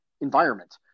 environment